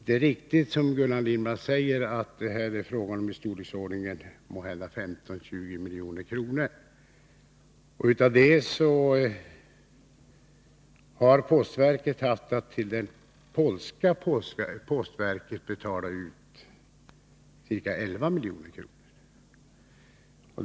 Det är riktigt som Gullan Lindblad säger, att det är fråga om kostnader i storleksordningen 15-20 milj.kr. Av den summan har postverket haft att till det polska postverket betala ca 11 milj.kr.